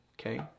okay